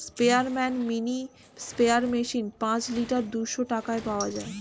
স্পেয়ারম্যান mini sprayer machine পাঁচ litre দুইশো টাকায় পাওয়া যায়